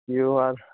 Q R